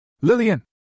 Lillian